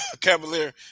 Cavalier